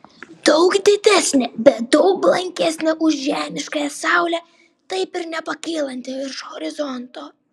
daug didesnė bet daug blankesnė už žemiškąją saulę taip ir nepakylanti virš horizonto